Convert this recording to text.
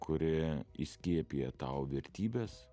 kuri įskiepija tau vertybes